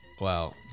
Wow